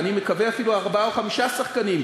ואני מקווה אפילו ארבעה או חמישה שחקנים,